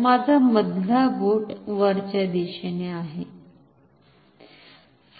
तर माझा मधला बोट वरच्या दिशेने आहे